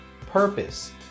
purpose